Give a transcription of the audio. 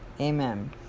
Amen